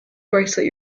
bracelet